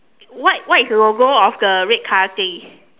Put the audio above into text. what what is logo of the red color thing